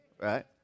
right